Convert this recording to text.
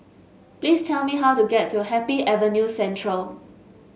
please tell me how to get to Happy Avenue Central